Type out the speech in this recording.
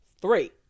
three